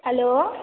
hello